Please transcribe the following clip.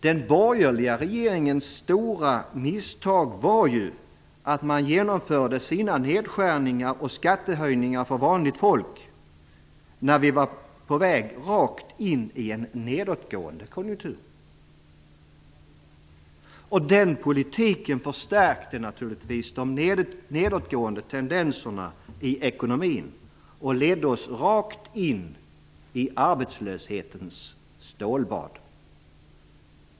Den borgerliga regeringens stora misstag var ju att man genomförde sina nedskärningar och skattehöjningar för vanligt folk när vi var på väg rakt in i en nedåtgående konjunktur. Den politiken förstärkte naturligtvis de nedåtgående tendenserna i ekonomin och ledde oss rakt in i arbetslöshetens stålbad.